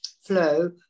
flow